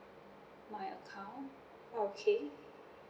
my account okay